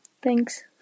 Thanks